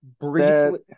Briefly